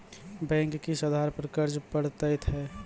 Bank किस आधार पर कर्ज पड़तैत हैं?